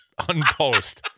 unpost